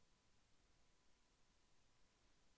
బొబ్బర తెగులు ఎలా నివారించాలి?